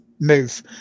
move